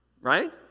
Right